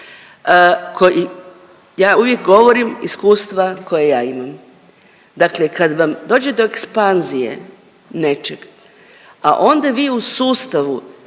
Ja uvijek govorim iskustva koje ja imam. Dakle kad vam dođe do ekspanzije nečeg, a onda vi u sustavu